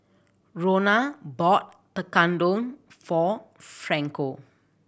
Rona bought Tekkadon for Franco